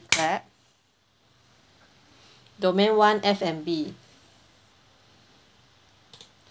clap domain one F&B